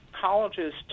colleges